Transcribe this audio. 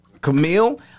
Camille